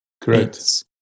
Correct